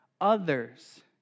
others